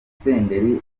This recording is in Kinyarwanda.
senderi